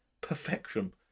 perfection